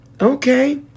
okay